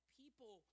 people